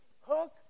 hook